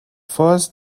first